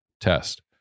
test